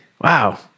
Wow